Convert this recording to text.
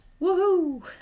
Woohoo